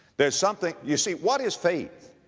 there's something, you see, what is faith?